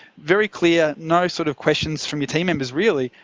very clear, no sort of questions from your team members really.